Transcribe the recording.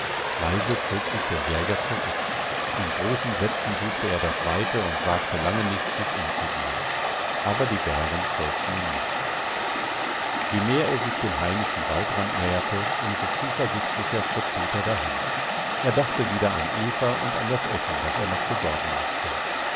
leise zog sich der jäger zurück in großen sätzen suchte er das weite und wagte lange nicht sich umzusehen aber die bären folgten ihm nicht je mehr er sich dem heimischen waldrand näherte um so zuversichtlicher schritt peter dahin er dachte wieder an eva und an das essen das er noch besorgen mußte